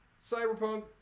Cyberpunk